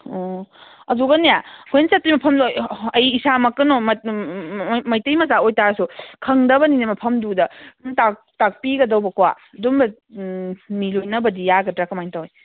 ꯑꯣ ꯑꯗꯨꯒꯅꯦ ꯑꯩꯈꯣꯏꯅ ꯆꯠꯇꯧ ꯃꯐꯝꯗꯣ ꯑꯩ ꯏꯁꯥꯃꯛ ꯀꯩꯅꯣꯃ ꯎꯝ ꯃꯩꯇꯩ ꯃꯆꯥ ꯑꯣꯏꯇꯥꯔꯁꯨ ꯈꯪꯗꯕꯅꯤꯅ ꯃꯐꯝꯗꯨꯗ ꯇꯥꯛꯄꯤꯒꯗꯧꯕꯀꯣ ꯑꯗꯨꯝꯕ ꯃꯤ ꯂꯣꯏꯅꯕꯗꯤ ꯌꯥꯒꯗ꯭ꯔꯥ ꯀꯃꯥꯏꯅ ꯇꯧꯋꯤ